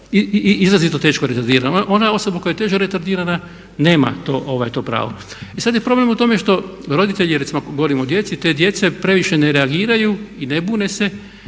izrazito teško retardirana. Ona osoba koja je teže retardirana nema to pravo. I sad je problem u tome što roditelji, recimo ako govorimo o djeci, te djece previše ne reagiraju i ne bune se